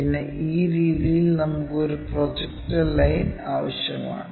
പിന്നെ ഈ രീതിയിൽ നമുക്ക് ഒരു പ്രൊജക്ടർ ലൈൻ ആവശ്യമാണ്